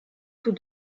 tous